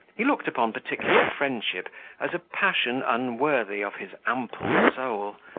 he looked upon particular friendship as a passion unworthy of his ample soul,